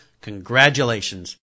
congratulations